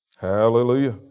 Hallelujah